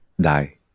die